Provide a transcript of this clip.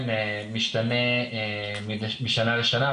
זה משתנה משנה לשנה,